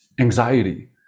anxiety